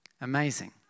Amazing